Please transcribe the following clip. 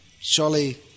surely